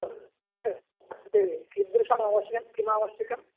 भवत्याः कृते कीदृशमावश्यकं किमावश्यकम्